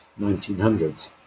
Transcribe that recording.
1900s